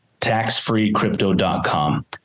taxfreecrypto.com